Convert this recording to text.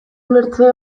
ulertze